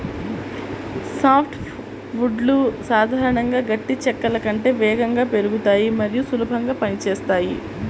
soft వుడ్లు సాధారణంగా గట్టి చెక్కల కంటే వేగంగా పెరుగుతాయి మరియు సులభంగా పని చేస్తాయి